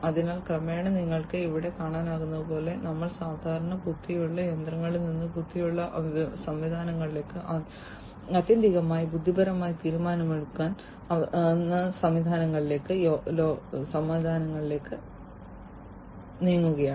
അതിനാൽ ക്രമേണ നിങ്ങൾക്ക് ഇവിടെ കാണാനാകുന്നതുപോലെ ഞങ്ങൾ സാധാരണ ബുദ്ധിയുള്ള യന്ത്രങ്ങളിൽ നിന്ന് ബുദ്ധിയുള്ള സംവിധാനങ്ങളിലേക്ക് ആത്യന്തികമായി ബുദ്ധിപരമായ തീരുമാനമെടുക്കൽ സംവിധാനങ്ങളിലേക്ക് ലോകത്തിലേക്ക് നീങ്ങുകയാണ്